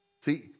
See